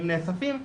אם נאספים,